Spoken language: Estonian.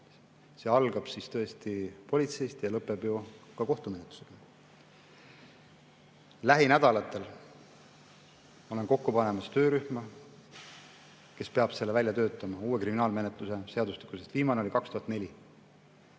See algab tõesti politseist ja lõpeb kohtumenetlusega. Lähinädalatel ma olen kokku panemas töörühma, kes peab selle välja töötama, uue kriminaalmenetluse seadustiku, sest viimane, mis